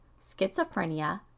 schizophrenia